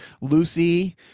Lucy